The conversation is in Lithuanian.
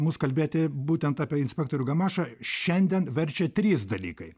mus kalbėti būtent apie inspektorių gamašą šiandien verčia trys dalykai